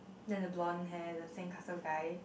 then the blonde hair the same cluster guy